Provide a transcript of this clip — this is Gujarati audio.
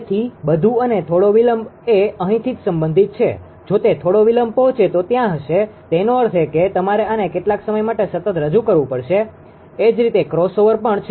તેથી બધું અને થોડો વિલંબ એ અહીંથી જ સંબંધિત છે જો તે થોડો વિલંબ પહોંચે તો ત્યાં હશે તેનો અર્થ એ કે તમારે આને કેટલાક સમય માટે સતત રજૂ કરવું પડશે એ જ રીતે ક્રોસઓવર પણ છે